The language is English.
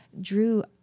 drew